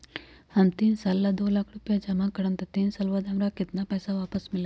हम तीन साल ला दो लाख रूपैया जमा करम त तीन साल बाद हमरा केतना पैसा वापस मिलत?